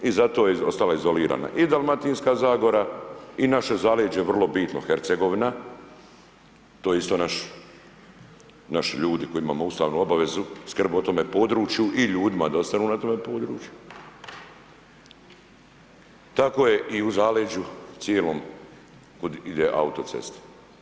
I zato je ostala izolirana i Dalmatinska zagora i naše zaleđe, vrlo bitno, Hercegovina, to je isto naši ljudi koji imamo ustavnu obavezu skrb o tome području i ljudima da ostanu na tome području, tako je i u zaleđu cijelom kud ide autocesta.